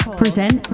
present